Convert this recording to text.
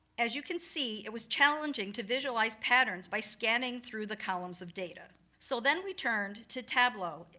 as you can see, it was challenging to visualize patterns, by scanning through the columns of data. so then, we turned to tableau,